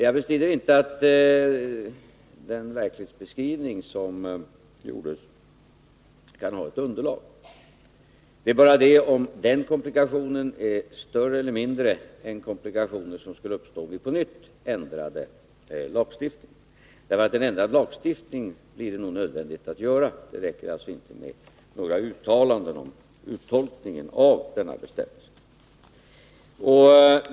Jag bestrider inte att den verklighetsbeskrivning som gjordes kan ha ett underlag, men frågan är om den komplikationen är större eller mindre än de komplikationer som skulle uppstå, om vi på nytt ändrade lagstiftningen — och att ändra lagstiftningen blir nog nödvändigt att göra, för det räcker inte med några uttalanden om uttolkningen av denna bestämmelse.